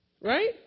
Right